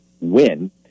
win